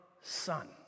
son